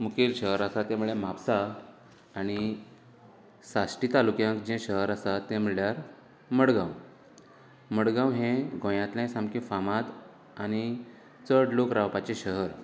मुखेल शहर आसा तें म्हळ्यार म्हापसा आनी साश्टी तालुक्यांत जे शहर आसा तें म्हळ्यार मडगांव मडगांव हे गोंयातले सामकें फामाद आनी चड लोक रावपाचें शहर